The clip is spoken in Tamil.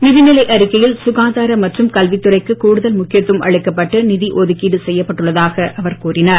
நிதிநிலை அறிக்கையில் சுகாதார மற்றும் கல்வித் துறைக்கு கூடுதல் முக்கியத்துவம் அளிக்கப்பட்டு நிதி ஒதுக்கீடு செய்யப்பட்டுள்ளதாக அவர் கூறினார்